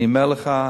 אני אומר לך,